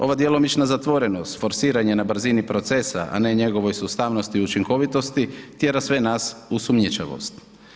Ova djelomična zatvorenost forsiranje na brzini procesa, a ne njegovoj sustavnosti i učinkovitosti tjera sve nas u sumnjičavost.